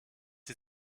die